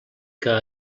que